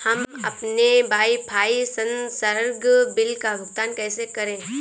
हम अपने वाईफाई संसर्ग बिल का भुगतान कैसे करें?